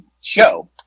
show